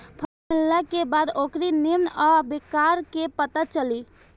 फसल मिलला के बाद ओकरे निम्मन आ बेकार क पता चली